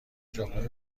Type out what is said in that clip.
ژاپنی